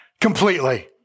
Completely